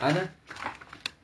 ஆனா:aanaa